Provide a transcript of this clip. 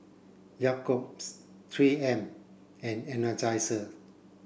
Jacob's three M and Energizer